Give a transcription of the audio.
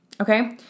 okay